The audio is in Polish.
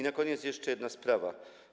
Na koniec jeszcze jedna sprawa.